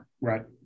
Right